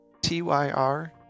T-Y-R